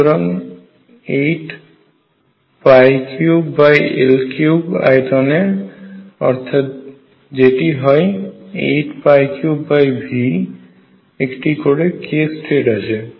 সুতরাং 83L3 আয়তনে অর্থাৎ যেটি হয় 83V একটি করে k স্টেট আছে